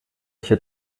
hier